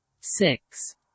six